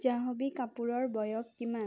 জাহ্নবী কাপুৰৰ বয়স কিমান